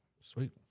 Sweet